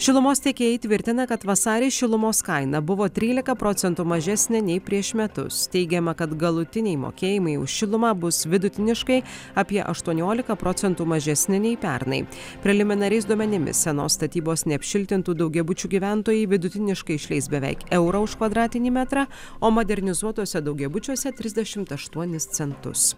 šilumos tiekėjai tvirtina kad vasarį šilumos kaina buvo trylika procentų mažesnė nei prieš metus teigiama kad galutiniai mokėjimai už šilumą bus vidutiniškai apie aštuoniolika procentų mažesni nei pernai preliminariais duomenimis senos statybos neapšiltintų daugiabučių gyventojai vidutiniškai išleis beveik eurą už kvadratinį metrą o modernizuotuose daugiabučiuose trisdešimt aštuonis centus